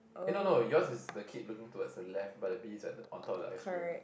eh no no yours is the kid looking towards the left but the bees at on top of the ice cream